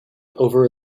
over